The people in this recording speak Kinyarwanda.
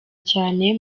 cyane